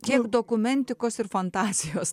kiek dokumentikos ir fantazijos